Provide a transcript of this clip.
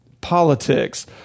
politics